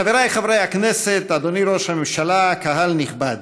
חבריי חברי הכנסת, אדוני ראש הממשלה, קהל נכבד,